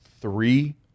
three